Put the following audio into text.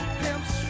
pimps